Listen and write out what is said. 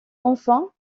enfin